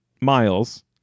Miles